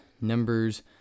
Numbers